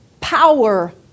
power